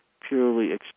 purely